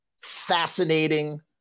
fascinating